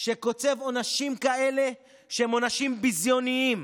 שקוצב עונשים כאלה, שהם עונשים ביזיוניים?